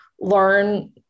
learn